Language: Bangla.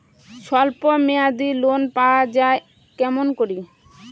স্বল্প মেয়াদি লোন পাওয়া যায় কেমন করি?